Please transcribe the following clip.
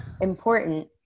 important